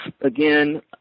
again